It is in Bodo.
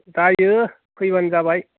जायो फैबानो जाबाय